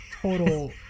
total